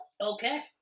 Okay